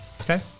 Okay